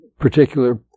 particular